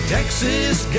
Texas